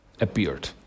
appeared